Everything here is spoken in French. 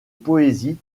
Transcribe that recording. poésie